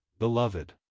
Beloved